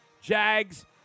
Jags